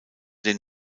den